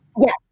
Yes